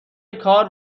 کار